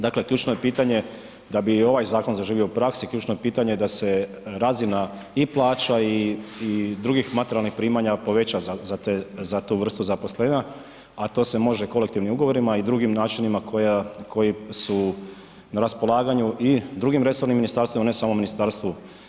Dakle ključno je pitanje da bi ovaj zakon zaživio u praksi, ključno je pitanje da se razina i plaća i drugih materijalnih primanja poveća za tu vrstu zaposlenja a to se može kolektivnim ugovorima i drugim načinima koji su na raspolaganju i drugim resornim ministarstvima, ne samo MUP-u.